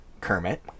Kermit